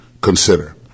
consider